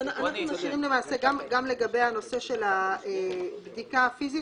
משאירים גם לגבי הנושא של הבדיקה הפיזית,